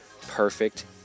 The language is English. perfect